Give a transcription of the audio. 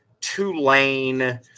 Tulane